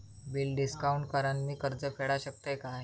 Bill discount करान मी कर्ज फेडा शकताय काय?